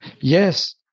Yes